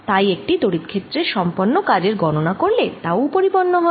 তাই একটি তড়িৎ ক্ষেত্রে সম্পন্ন কাজের গণনা করলে তাও উপরিপন্ন হবে